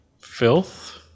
filth